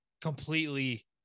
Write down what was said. completely